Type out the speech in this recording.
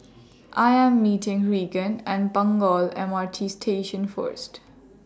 I Am meeting Reagan At Punggol M R T Station First